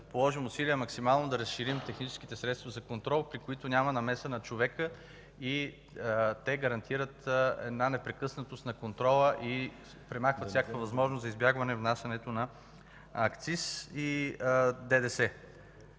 положим усилия максимално да разширим техническите средства за контрол, при които няма намеса на човека. Те гарантират непрекъснатост на контрола и премахват всякаква възможност за избягване внасянето на акциз и ДДС.